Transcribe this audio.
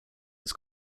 its